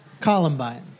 Columbine